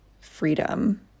freedom